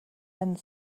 end